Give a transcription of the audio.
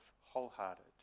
wholehearted